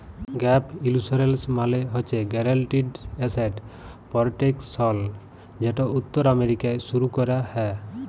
gap insurance মালে হছে guaranteed asset protection যেট উত্তর আমেরিকায় শুরু ক্যরা হ্যয়